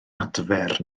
adfer